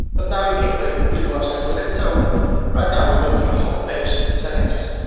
but now you can create complete websites with it. so right now we go to the homepage settings,